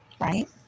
right